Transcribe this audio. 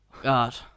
God